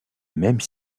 même